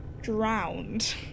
Drowned